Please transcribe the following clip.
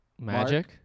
Magic